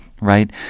right